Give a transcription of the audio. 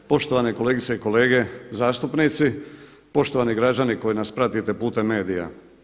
Poštovane kolegice i kolege, zastupnici, poštovani građani koji nas pratite putem medija.